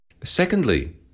Secondly